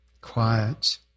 quiet